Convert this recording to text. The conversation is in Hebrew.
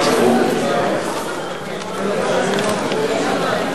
חברת הכנסת אברהם-בלילא, זה מעבר לקריאת ביניים.